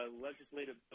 legislative